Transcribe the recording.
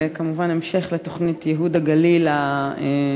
זה כמובן המשך לתוכנית ייהוד הגליל הידועה,